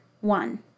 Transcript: one